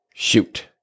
shoot